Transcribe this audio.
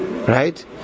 Right